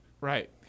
Right